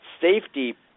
safety